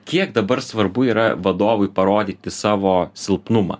kiek dabar svarbu yra vadovui parodyti savo silpnumą